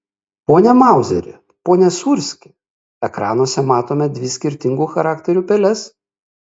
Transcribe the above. pone mauzeri pone sūrski ekranuose matome dvi skirtingų charakterių peles